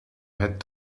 had